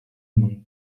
among